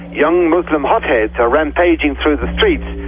young muslim hotheads are rampaging through the streets,